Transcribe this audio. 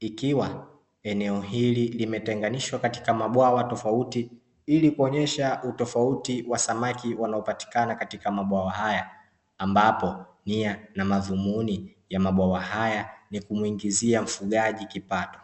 ikiwa eneo hili limetenganishwa katika mabwawa tofauti, ili kuonyesha utofauti wa samaki wanaopatikana katika mabwawa haya, ambapo nia na madhumuni ya mabwawa haya ni kumuingizia mfugaji kipato.